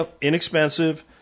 inexpensive